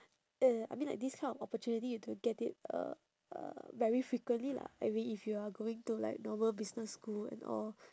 uh I mean like this kind of opportunity you have to get it uh uh very frequently lah I mean if you are going to like normal business school and all